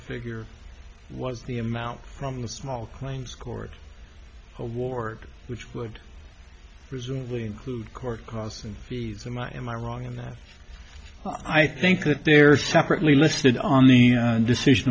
figure was the amount from the small claims court award which would presumably include court costs and fees them i am i wrong in that i think that there is separately listed on the decision